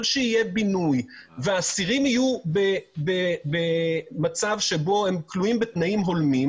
שיהיה בינוי והאסירים יהיו במצב שהם כלואים בתנאים הולמים,